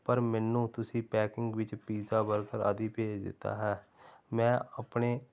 ਪਰ ਮੈਨੂੰ ਤੁਸੀਂ ਪੈਕਿੰਗ ਵਿੱਚ ਪੀਜ਼ਾ ਬਰਗਰ ਆਦਿ ਭੇਜ ਦਿੱਤਾ ਹੈ ਮੈਂ ਆਪਣੇ